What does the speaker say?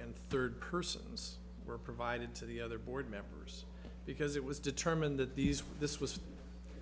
and third persons were provided to the other board members because it was determined that these this was